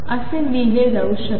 असे लिहिले जाऊ शकते